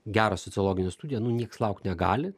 gerą sociologinę studiją nu nieks laukt negali